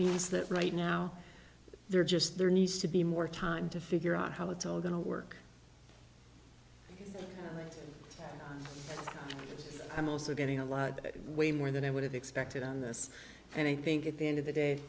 means that right now there are just there needs to be more time to figure out how it's all going to work i'm also getting a lot way more than i would have expected on this and i think at the end of the day